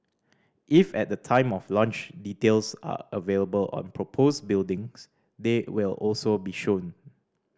if at the time of launch details are available on proposed buildings they will also be shown